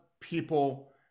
people